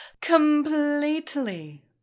completely